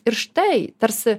ir štai tarsi